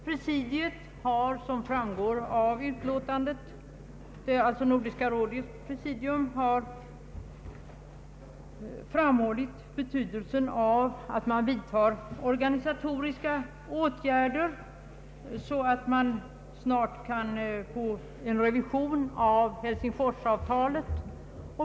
Nordiska rådets presidium har, som framgår av utlåtandet, framhållit betydelsen av att man vidtar organisatoriska åtgärder så att man snart kan få en revision av Helsingforsavtalet.